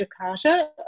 Jakarta